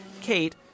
Kate